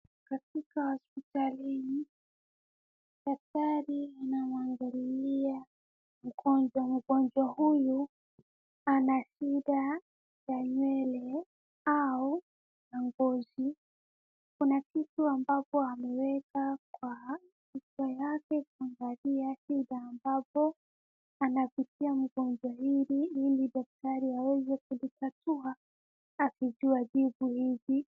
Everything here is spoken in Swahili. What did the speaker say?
Katika hospitalini daktari anamwangalia mgonjwa. Mgonjwa huyu ana shida ya nywele au ya ngozi kuna kitu ambayo ameweka kwa kichwa yake kuangalia shida ambapo anapitilia mgonjwa hili ili daktari aweze kulitatua akijua jibu hizi.